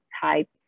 type